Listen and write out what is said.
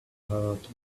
heart